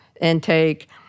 intake